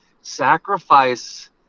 sacrifice